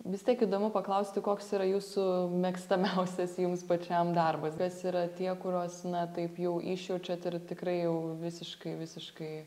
vis tiek įdomu paklausti koks yra jūsų mėgstamiausias jums pačiam darbas kas yra tie kuriuos na taip jau išjaučiat ir tikrai jau visiškai visiškai